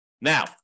Now